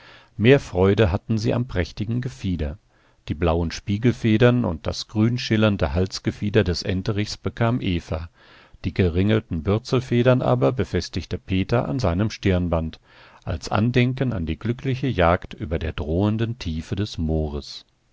mehr freude hatten sie am prächtigen gefieder die blauen spiegelfedern und das grünschillernde halsgefieder des enterichs bekam eva die geringelten bürzelfedern aber befestigte peter an seinem stirnband als andenken an die glückliche jagd über der drohenden tiefe des moores